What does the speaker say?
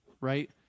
right